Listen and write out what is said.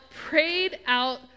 prayed-out